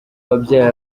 wabyaye